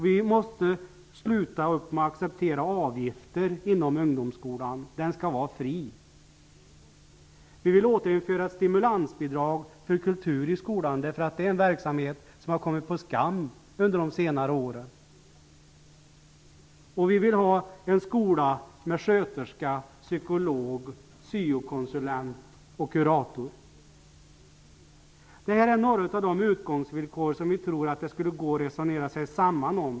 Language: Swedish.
Vi måste sluta att acceptera avgifter inom ungdomsskolan. Den skall vara fri. Vi vill återinföra stimulansbidrag för kultur i skolan. Det är en verksamhet som har kommit på skam under de senare åren. Vi vill ha en skola med sköterskor, psykologer, syo-konsulenter och kuratorer. Detta är några av de utgångsvillkor som vi tror att det skulle gå att resonera sig samman om.